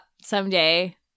someday